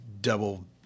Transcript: double